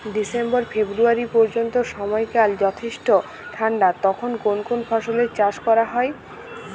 December ফেব্রুয়ারি পর্যন্ত সময়কাল যথেষ্ট ঠান্ডা তখন কোন কোন ফসলের চাষ করা হয়?